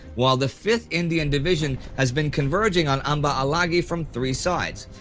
while the fifth indian division has been converging on amba alagi from three sides.